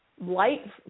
light